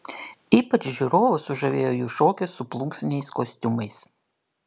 ypač žiūrovus sužavėjo jų šokis su plunksniniais kostiumais